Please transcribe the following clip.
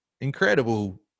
incredible